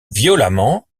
violemment